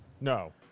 No